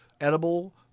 edible